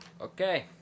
Okay